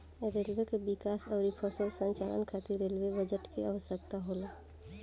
railway के विकास अउरी सफल संचालन खातिर रेलवे बजट के आवसकता होला